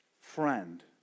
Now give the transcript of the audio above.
friend